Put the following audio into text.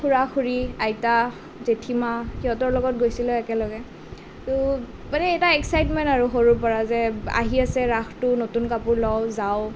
খুড়া খুড়ী আইতা জেঠিমা সিহঁতৰ লগত গৈছিলোঁ একেলগে তেতিয়া মানে এটা এক্সাইটমেণ্ট সৰুৰ পৰা যে আহি আছে ৰাসটো নতুন কাপোৰ লওঁ যাওঁ